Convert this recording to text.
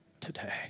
Today